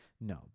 No